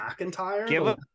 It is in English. mcintyre